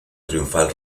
triunfal